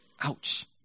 Ouch